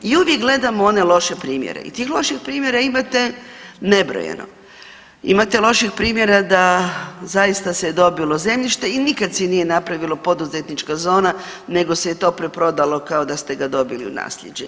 I uvijek gledamo one loše primjere i tih loših primjera imate nebrojeno, imate loših primjera da zaista se je dobilo zemljište i nikad si nije napravilo poduzetnička zona nego se je to preprodalo kao da ste ga dobili u nasljeđe.